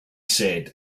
said